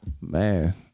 man